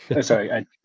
sorry